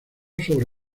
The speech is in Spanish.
sobre